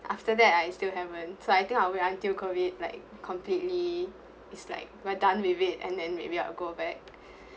after that I still haven't so I think I'll wait until COVID like completely it's like we're done with it and then maybe I'll go back